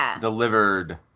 delivered